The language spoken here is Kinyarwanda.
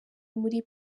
muri